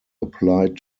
applied